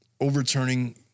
overturning